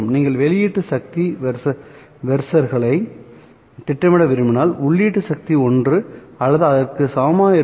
நீங்கள் வெளியீட்டு சக்தி வெர்சஸ்களை திட்டமிட விரும்பினால் உள்ளீட்டு சக்தி ஒன்று அல்லது அதற்கு சமமாக இருக்கும்